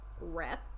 rep